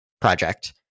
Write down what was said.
project